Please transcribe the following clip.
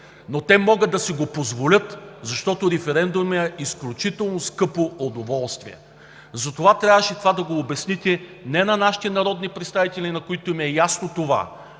Но те могат да си го позволят, защото референдумът е изключително скъпо удоволствие. Затова трябваше това да го обясните не на нашите народни представители, на които им е ясно,